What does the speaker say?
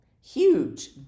huge